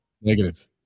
Negative